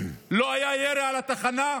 לא היה ירי על התחנה,